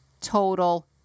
total